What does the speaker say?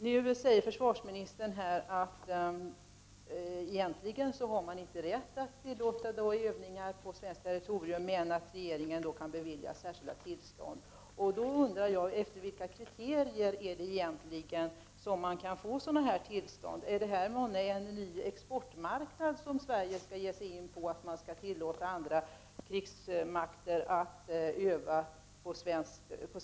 Nu säger försvarsministern i dag att man egentligen inte kan tillåta att andra stater övar på svenskt territorium, men att regeringen ändå kan bevilja särskilda tillstånd. Då undrar jag: Efter vilka kriterier kan man få sådant tillstånd? Är det här månne en ny exportmarknad som Sverige skall ge sig in på, nämligen att tillåta andra krigsmakter att öva på svensk mark?